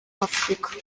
afurika